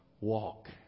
walk